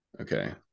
Okay